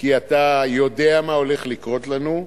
כי אתה יודע מה הולך לקרות לנו,